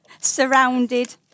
surrounded